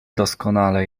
doskonale